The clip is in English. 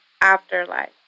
afterlife